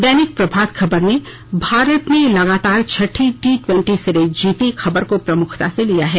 दैनिक प्रभात खबर ने भारत ने लगातार छठी टी टवेंटी सीरीज जीती खबर को प्रमुखता से लिया है